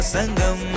Sangam